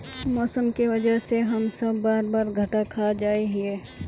मौसम के वजह से हम सब बार बार घटा खा जाए हीये?